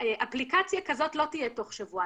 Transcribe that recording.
אפליקציה כזאת לא תהיה תוך שבוע.